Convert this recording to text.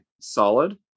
Solid